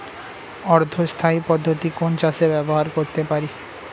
অর্ধ স্থায়ী পদ্ধতি কোন চাষে ব্যবহার করতে পারি?